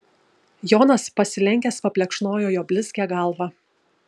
jonas pasilenkęs paplekšnojo jo blizgią galvą